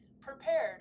prepared